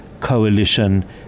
coalition